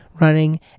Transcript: running